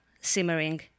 simmering